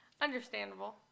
Understandable